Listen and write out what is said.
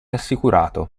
assicurato